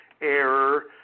error